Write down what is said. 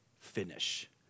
finish